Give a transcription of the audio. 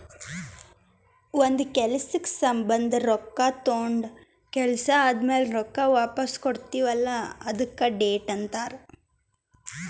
ಒಂದ್ ಕೆಲ್ಸಕ್ ಸಂಭಂದ ರೊಕ್ಕಾ ತೊಂಡ ಕೆಲ್ಸಾ ಆದಮ್ಯಾಲ ರೊಕ್ಕಾ ವಾಪಸ್ ಕೊಡ್ತೀವ್ ಅಲ್ಲಾ ಅದ್ಕೆ ಡೆಟ್ ಅಂತಾರ್